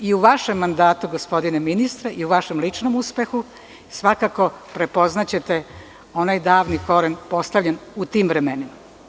U vašem mandatu gospodine ministre i u vašem ličnom uspehu, svakako će te prepoznati onaj davni koren postavljen u tim vremenima.